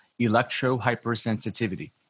electrohypersensitivity